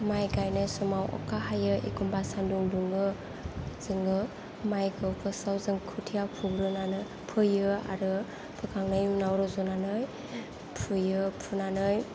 माइ गायनाय समाव अखा हायो एखम्बा सानदुं दुङ जोङो माइखौ फार्स्टआव जों खोथिया फुग्रोनानै फैयो आरो फोखांनायनि उनाव रज'नानै फुयो